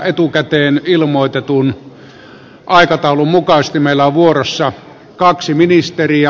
etukäteen ilmoitetun aikataulun mukaisesti meillä on vuorossa kaksi ministeriä